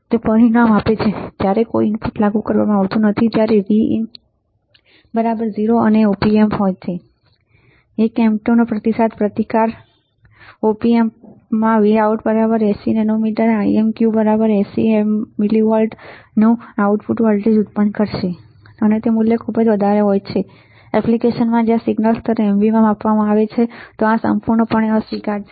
તે પરિણામ આપે છે કે જ્યારે કોઈ ઇનપુટ લાગુ કરવામાં આવતું નથી Vir 0 અને op imp હોય છે 1 M2 નો પ્રતિસાદ પ્રતિકાર op amp Vout 80 NA IMQ 80 mV નું આઉટપુટ વોલ્ટેજ ઉત્પન્ન કરશે અને મૂલ્ય ખૂબ વધારે હોઈ શકે છે • એપ્લિકેશનમાં જ્યાં સિગ્નલ સ્તર mV માં માપવામાં આવે છે આ સંપૂર્ણપણે અસ્વીકાર્ય છે